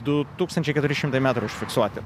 du tūkstančiai keturi šimtai metrų užfiksuoti